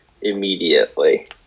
immediately